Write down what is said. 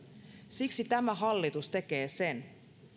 siksi tämä hallitus tekee sen